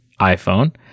iPhone